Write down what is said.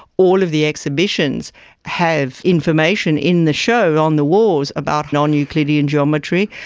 all of the exhibitions have information in the show on the walls about non-euclidean geometry,